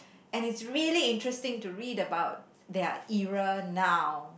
and it's really interesting to read about their era now